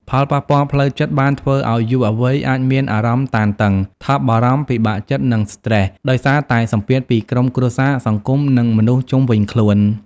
ផលប៉ះពាល់ផ្លូវចិត្ត បានធ្វើអោយយុវវ័យអាចមានអារម្មណ៍តានតឹង ថប់បារម្ភ ពិបាកចិត្ត និងស្ត្រេស ដោយសារតែសម្ពាធពីក្រុមគ្រួសារ សង្គម នឹងមនុស្សជុំវិញខ្លួន ។